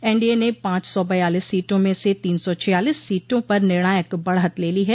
NDA ने पांच सौ बयालीस सीटों में से तीन सौ छियालीस सोटों पर निर्णायक बढ़त ले ली है